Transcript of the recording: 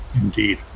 Indeed